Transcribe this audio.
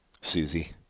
Susie